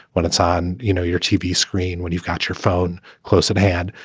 when it's on you know your tv screen, when you've got your phone close at hand.